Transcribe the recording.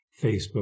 Facebook